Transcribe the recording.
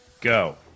go